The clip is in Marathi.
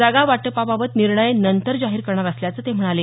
जागा वाटपाबाबत निर्णय नंतर जाहीर करणार असल्याचं ते म्हणाले